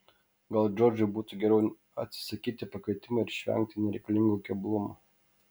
gal džordžui būtų geriau atsisakyti pakvietimo ir išvengti nereikalingų keblumų